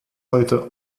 heute